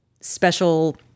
special